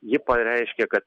ji pareiškė kad